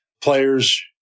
players